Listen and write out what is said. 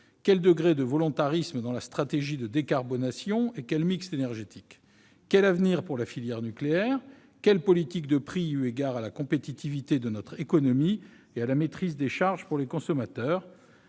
quel degré de volontarisme dans la stratégie de décarbonation et quel mix énergétique ? Quel avenir pour la filière nucléaire ? Quelle politique de prix, eu égard à la compétitivité de notre économie et à la maîtrise des charges pour les consommateurs ?